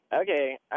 okay